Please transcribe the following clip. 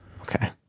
Okay